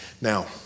Now